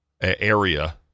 area